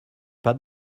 pas